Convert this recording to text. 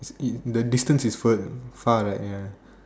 it the distance is fur far right ya